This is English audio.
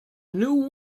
new